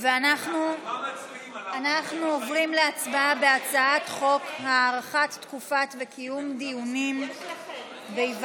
אנחנו עוברים להצבעה על הצעת חוק הארכת תקופות וקיום דיונים בהיוועדות,